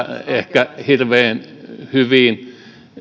ehkä välttämättä hirveän hyvin